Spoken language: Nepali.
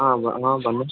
अँ अँ भन्नुहोस्